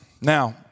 Now